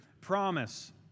promise